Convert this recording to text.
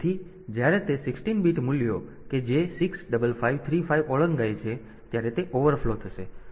તેથી જ્યારે તે 16 બીટ મૂલ્ય કે જે 65535 ઓળંગાય છે ત્યારે તે ઓવરફ્લો થશે